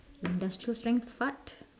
industrial strength fart